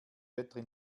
wetter